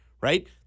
Right